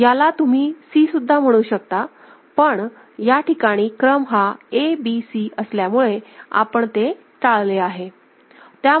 याला तुम्ही C सुद्धा म्हणू शकता पण या ठिकाणी क्रम हा A B C असल्यामुळे आपण ते टाळले आहे